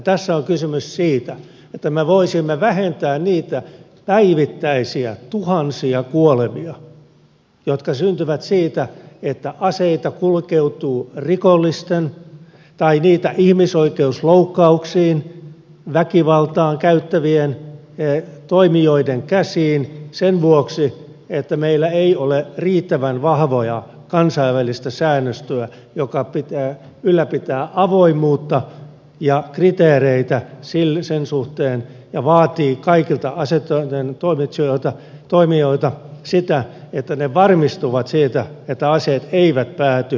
tässä on kysymys siitä että me voisimme vähentää niitä päivittäisiä tuhansia kuolemia jotka syntyvät siitä että aseita kulkeutuu rikollisten tai niitä ihmisoikeusloukkauksiin väkivaltaan käyttävien toimijoiden käsiin sen vuoksi että meillä ei ole riittävän vahvaa kansainvälistä säännöstöä joka ylläpitää avoimuutta ja kriteereitä sen suhteen ja vaatii kaikilta aseteollisuuden toimijoilta sitä että ne varmistuvat siitä että aseet eivät päädy vääriin käsiin